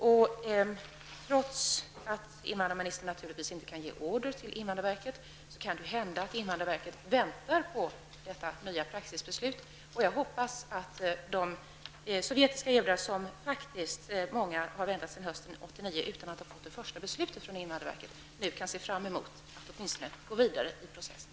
Och trots att invandrarministern naturligtvis inte kan ge order till invandrarverket, kan det ju hända att invandrarverket väntar på detta nya praxisbeslut. Jag hoppas att de sovjetiska judarna -- många har väntat sedan hösten 1989 utan att ha fått det första beslutet från invandrarverket -- nu kan se fram emot att åtminstone gå vidare i processen.